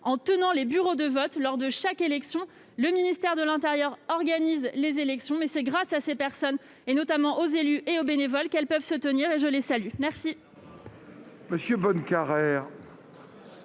en tenant les bureaux de vote lors des élections. Si le ministère de l'intérieur organise les élections, c'est grâce à ces personnes, et notamment aux élus et aux bénévoles que celles-ci peuvent se tenir. Je les salue !